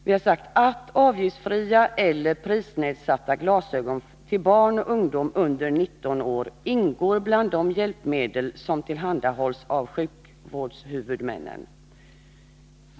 Vi har sagt ”att avgiftsfria eller prisnedsatta glasögon till barn och ungdom under 19 år ingår bland de hjälpmedel som tillhandahålls av sjukvårdshuvudmännen”.